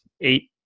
eight